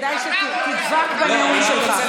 כדאי שתדבק במילים שלך.